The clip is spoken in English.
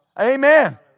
Amen